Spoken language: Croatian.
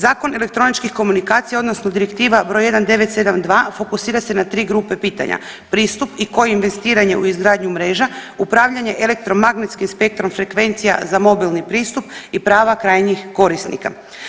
Zakon elektroničkih komunikacija odnosno Direktiva br. 1972 fokusira se na tri grupe pitanja, pristup i koje investiranje u izgradnju mreža, upravljanje elektromagnetskim spektrom frekvencija za mobilni pristup i prava krajnjih korisnika.